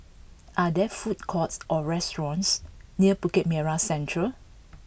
are there food courts or restaurants near Bukit Merah Central